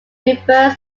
refers